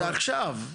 זה עכשיו.